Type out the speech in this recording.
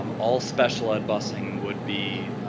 um all special ed busing would be